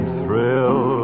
thrill